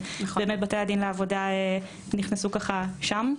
ובאמת בתי הדין לעבודה נכנסו ככה שם.